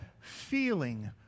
feeling